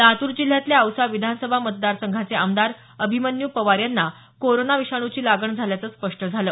लातूर जिल्ह्यातल्या औसा विधानसभा मतदारसंघाचे आमदार अभिमन्यू पवार यांना कोरोना विषाणूची लागण झाल्याचं स्पष्ट झालं